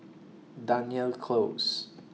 Dunearn Close